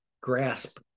grasp